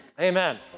Amen